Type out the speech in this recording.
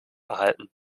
erhalten